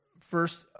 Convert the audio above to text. first